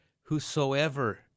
whosoever